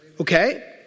okay